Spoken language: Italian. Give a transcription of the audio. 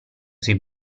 sui